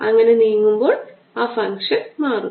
അങ്ങനെ നീങ്ങുമ്പോൾ ഫംഗ്ഷൻ മാറുന്നു